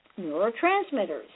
neurotransmitters